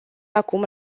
acum